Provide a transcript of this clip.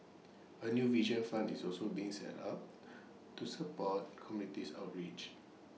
A new vision fund is also being set up to support communities outreach